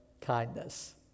kindness